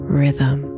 rhythm